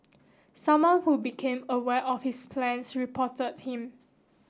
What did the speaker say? someone who became aware of his plans reported him